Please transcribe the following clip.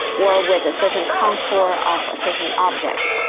or with a certain contour of a certain object.